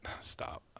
Stop